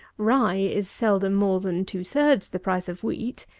rye is seldom more than two-thirds the price of wheat,